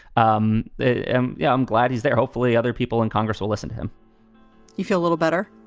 um i'm yeah um glad he's there. hopefully other people in congress will listen to him you feel a little better?